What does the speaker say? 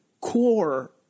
core